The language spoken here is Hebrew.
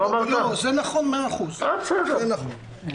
זה נכון מאה אחוז, הכי נכון.